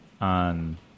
on